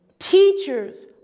Teachers